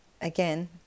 again